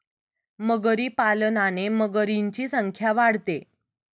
मगरी पालनाने मगरींची संख्या वाढते